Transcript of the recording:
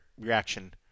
reaction